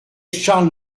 charles